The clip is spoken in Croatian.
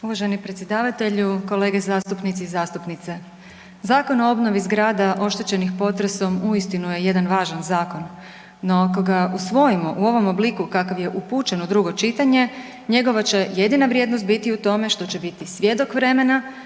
Uvaženi predsjedavatelju, kolege zastupnici i zastupnice. Zakon o obnovi zgrada oštećenih potresom uistinu je jedan važan zakon no ako ga usvojimo u ovom obliku kakav je upućen u drugo čitanje, njegova će jedina vrijednost biti u tome što će biti svjedok vremena